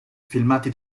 filmati